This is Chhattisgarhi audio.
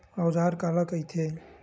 औजार काला कइथे?